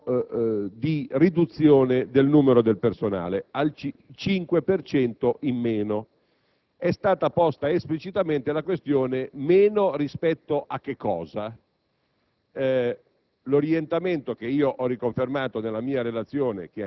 Primo problema: l'obiettivo di riduzione del personale del 5 per cento. È stata posta esplicitamente la questione: in meno rispetto a che cosa?